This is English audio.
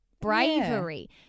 bravery